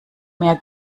mehr